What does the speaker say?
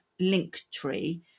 Linktree